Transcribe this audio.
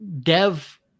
Dev